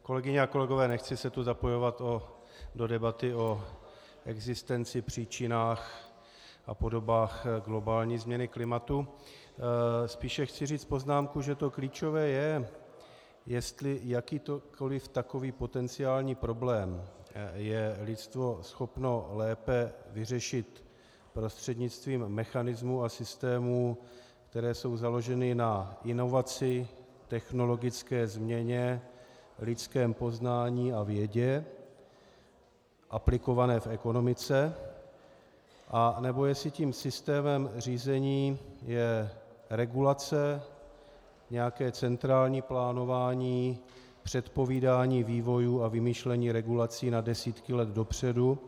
Kolegyně a kolegové, nechci se tu zapojovat do debaty o existenci, příčinách a podobách globální změny klimatu, spíše chci říct poznámku, že to klíčové je, jestli jakýkoliv takový potenciální problém je lidstvo schopno lépe vyřešit prostřednictvím mechanismů a systémů, které jsou založeny na inovaci, technologické změně, lidském poznání a vědě aplikované v ekonomice, anebo jestli tím systémem řízení je regulace, nějaké centrální plánování, předpovídání vývojů a vymýšlení regulací na desítky let dopředu.